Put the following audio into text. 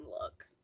look